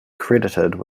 credited